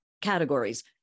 categories